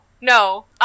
no